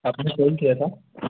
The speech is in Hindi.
आपने फ़ोन किया था